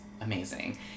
amazing